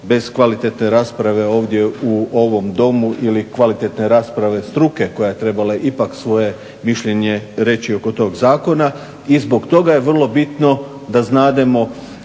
bez kvalitetne rasprave ovdje u ovom Domu ili kvalitetne rasprave struke koja je trebala ipak svoje mišljenje reći oko tog zakona. I zbog toga je vrlo bitno da znademo